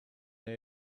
they